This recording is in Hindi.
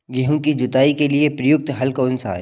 गेहूँ की जुताई के लिए प्रयुक्त हल कौनसा है?